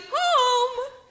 home